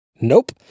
Nope